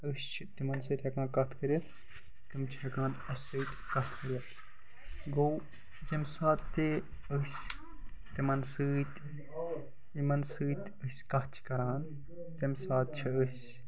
أسۍ چھِ تِمَن سۭتۍ ہٮ۪کان کَتھ کٔرِتھ تِم چھِ ہٮ۪کان اَسہِ سۭتۍ کَتھ کٔرِتھ گوٚو ییٚمہِ ساتہٕ تہِ أسۍ تِمَن سۭتۍ یِمَن سۭتۍ أسۍ کَتھ چھِ کران تَمۍ ساتہٕ چھِ أسۍ